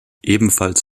ebenfalls